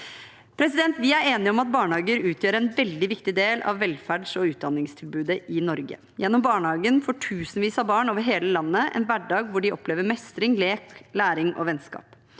som så. Vi er enige om at barnehager utgjør en veldig viktig del av velferds- og utdanningstilbudet i Norge. Gjennom barnehagen får tusenvis av barn over hele landet en hverdag hvor de opplever mestring, lek, læring og vennskap.